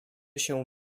się